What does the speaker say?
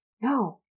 No